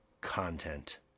content